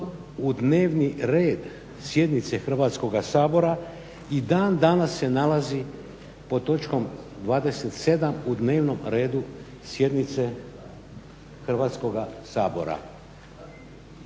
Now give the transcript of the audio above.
u dnevni red sjednice Hrvatskoga sabora i dan danas se nalazi pod točkom 27. u dnevnom redu sjednice Hrvatskoga sabora.